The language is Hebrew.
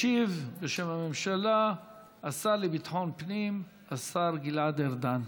ישיב בשם הממשלה השר לביטחון פנים, השר גלעד ארדן.